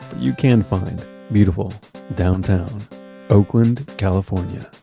you can find beautiful downtown oakland, california